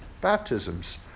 baptisms